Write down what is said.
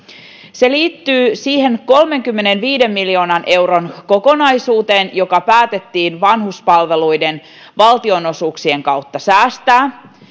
se liittyy siihen kolmenkymmenenviiden miljoonan euron kokonaisuuteen joka päätettiin vanhuspalveluiden valtionosuuksien kautta säästää